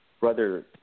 brother